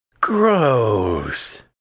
Gross